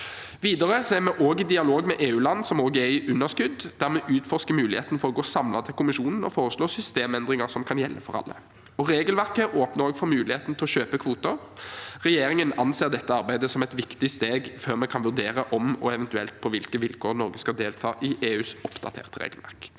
Videre er vi også i dialog med EU-land som også er i underskudd, der vi utforsker muligheten for å gå samlet til Kommisjonen og foreslå systemendringer som kan gjelde for alle. Regelverket åpner også for muligheten til å kjøpe kvoter. Regjeringen anser dette arbeidet som et viktig steg før vi kan vurdere om og eventuelt på hvilke vilkår Norge skal delta i EUs oppdaterte regelverk.